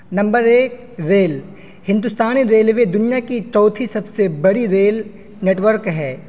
number ایک rail ہندوستانی railway دنیا کی چوتھی سب سے بڑی ریل نیٹورک ہے